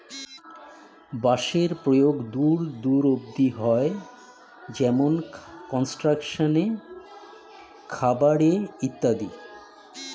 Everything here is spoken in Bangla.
বাঁশের প্রয়োগ দূর দূর অব্দি হয়, যেমন কনস্ট্রাকশন এ, খাবার এ ইত্যাদি